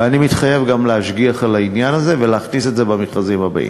ואני מתחייב גם להשגיח על העניין הזה ולהכניס את זה במכרזים הבאים.